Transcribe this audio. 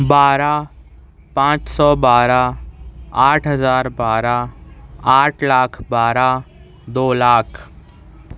بارہ پانچ سو بارہ آٹھ ہزار بارہ آٹھ لاکھ بارہ دولاکھ